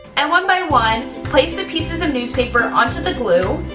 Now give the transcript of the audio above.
and one by one, place the pieces of newspaper onto the glue,